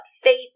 fate